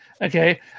okay